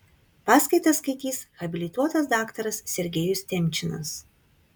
paskaitą skaitys habilituotas daktaras sergejus temčinas